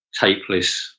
tapeless